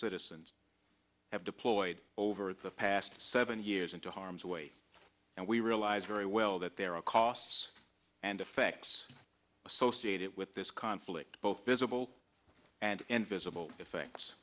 citizens have deployed over the past seven years into harm's way and we realize very well that there are costs and effects associated with this conflict both visible and invisible effects